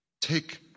take